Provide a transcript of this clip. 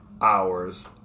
hours